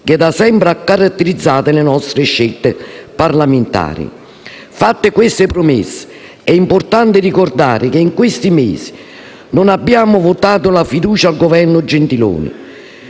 che da sempre ha caratterizzato le nostre scelte parlamentari. Fatte queste premesse, è importante ricordare che in questi mesi non abbiamo votato la fiducia al Governo Gentiloni